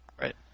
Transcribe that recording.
Right